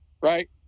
right